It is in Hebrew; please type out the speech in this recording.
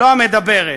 לא המדברת,